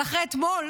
אבל אחרי אתמול,